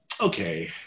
okay